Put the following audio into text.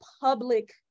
public